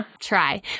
try